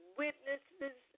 witnesses